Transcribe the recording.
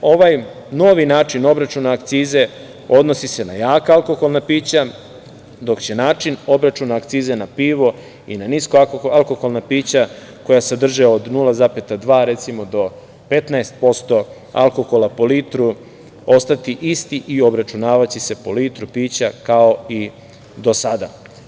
Ovaj novi način obračuna akcize odnosi se na jaka alkoholna pića, dok će način obračuna akzice na pivo i na nisko alkoholna pića koja sadrže od 0,2 do 15% alkohola po litru ostati isti i obračunavaće se po litru pića, kao i do sada.